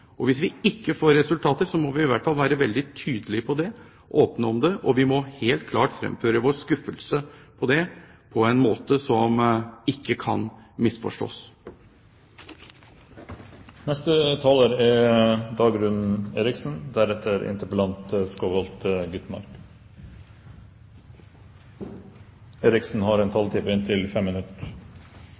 Hvis vi ikke får resultater, må vi i hvert fall være veldig tydelige på det, åpne om det, og vi må helt klart fremføre vår skuffelse på en måte som ikke kan misforstås. Kristelig Folkeparti har i sin utenrikspolitikk en grunnleggende tro på dialog. Vi tror at i kampen for større respekt for menneskerettighetene har